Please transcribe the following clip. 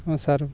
ହଁ ସାର୍